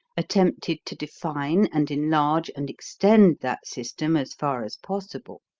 attempted to define, and enlarge, and extend that system as far as possible.